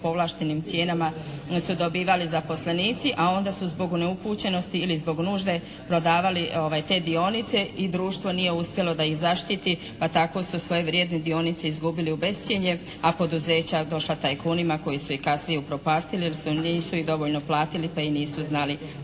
povlaštenim cijenama su dobivali zaposlenici, a onda su zbog neupućenosti ili zbog nužde prodavali te dionice i društvo nije uspjelo da ih zaštiti pa tako su svoje vrijedne dionice izgubili u bescjenje, a poduzeća došla tajkunima koja su ih kasnije upropastili jer nisu ih dovoljno platili pa i nisu znali